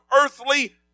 earthly